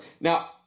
Now